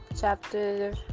chapter